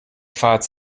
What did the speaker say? fahrt